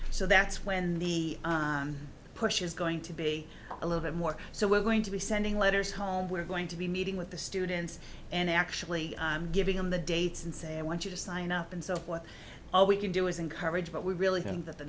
so that's when the push is going to be a little bit more so we're going to be sending letters home we're going to be meeting with the students and actually giving them the dates and say i want you to sign up and so what we can do is encourage but we really think that the